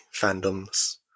fandoms